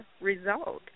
result